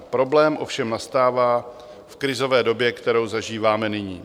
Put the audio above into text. Problém ovšem nastává v krizové době, kterou zažíváme nyní.